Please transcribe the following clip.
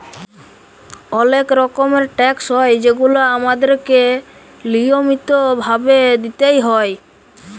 অলেক রকমের ট্যাকস হ্যয় যেগুলা আমাদেরকে লিয়মিত ভাবে দিতেই হ্যয়